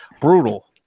brutal